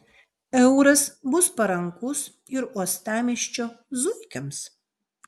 euras bus parankus ir uostamiesčio zuikiams